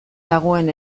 dagoen